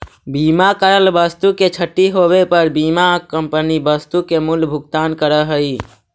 बीमा करल वस्तु के क्षती होवे पर बीमा कंपनी वस्तु के मूल्य भुगतान करऽ हई